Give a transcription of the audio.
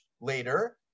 later